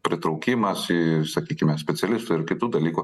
pritraukimas į sakykime specialistų ir kitų dalykų